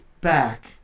back